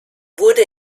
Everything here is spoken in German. wurde